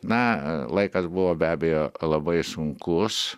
na laikas buvo be abejo labai sunkus